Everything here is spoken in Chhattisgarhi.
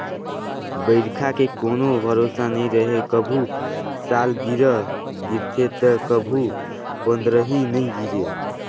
बइरखा के कोनो भरोसा नइ रहें, कभू सालगिरह गिरथे त कभू पंदरही नइ गिरे